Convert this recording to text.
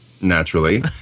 Naturally